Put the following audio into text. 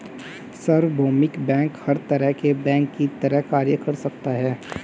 सार्वभौमिक बैंक हर तरह के बैंक की तरह कार्य कर सकता है